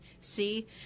See